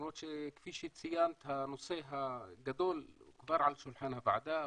למרות שכפי שציינת הנושא הגדול כבר על שולחן הוועדה,